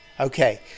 Okay